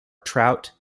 trout